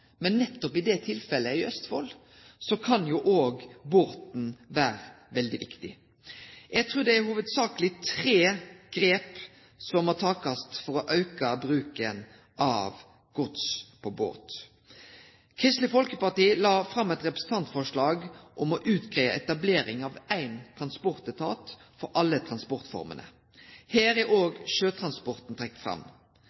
men nettopp i det tilfellet i Østfold kunne jo òg båten vere veldig viktig. Eg trur det hovudsakeleg er tre grep som må takast for å auke bruken av gods på båt. Kristeleg Folkeparti la fram eit representantforslag om å utgreie etablering av ein transportetat for alle transportformene. Her er òg sjøtransporten trekt fram. Det har skjedd endringar og